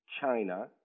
China